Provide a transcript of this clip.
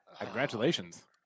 Congratulations